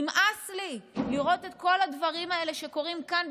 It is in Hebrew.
נמאס לי לראות כל הדברים האלה שקורים כאן,